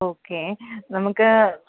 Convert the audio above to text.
okay നമുക്ക്